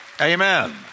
Amen